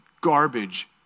garbage